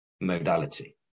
modality